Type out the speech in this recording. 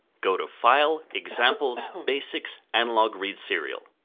go to file, examples, basics, analogreadserial.